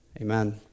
Amen